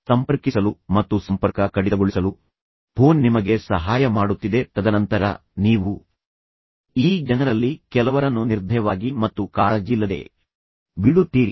ಸಂಪರ್ಕಿಸಲು ಮತ್ತು ಸಂಪರ್ಕ ಕಡಿತಗೊಳಿಸಲು ಫೋನ್ ನಿಮಗೆ ಸಹಾಯ ಮಾಡುತ್ತಿದೆ ತದನಂತರ ನೀವು ಈ ಜನರಲ್ಲಿ ಕೆಲವರನ್ನು ನಿರ್ಧಯವಾಗಿ ಮತ್ತು ಕಾಳಜಿಯಿಲ್ಲದೆ ಬಿಡುತ್ತೀರಿ